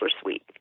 suite